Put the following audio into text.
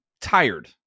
tired